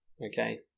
Okay